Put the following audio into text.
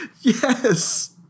Yes